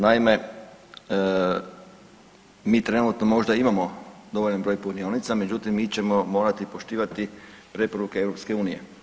Naime, mi trenutno možda imamo dovoljan broj punionica međutim mi ćemo morati poštivati preporuke EU.